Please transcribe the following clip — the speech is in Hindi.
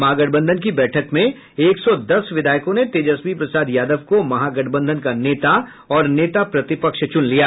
महागठबंधन की बैठक में एक सौ दस विधायकों ने तेजस्वी प्रसाद यादव को महागठबंधन का नेता और नेता प्रतिपक्ष च्रन लिया